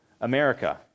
America